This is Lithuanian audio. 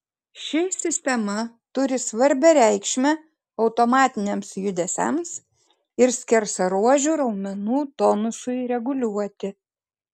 ši sistema turi svarbią reikšmę automatiniams judesiams ir skersaruožių raumenų tonusui reguliuoti